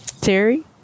Terry